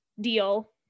deal